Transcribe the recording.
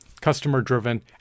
customer-driven